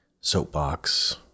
soapbox